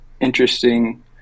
interesting